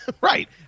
Right